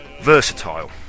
versatile